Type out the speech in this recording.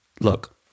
Look